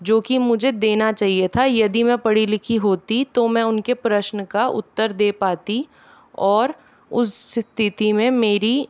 जो की मुझे देना चाहिए था यदि मैं पड़ी लिखी होती तो मैं उनके प्रश्न का उत्तर दे पाती और उस स्थिति में मेरी